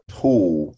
tool